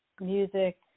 music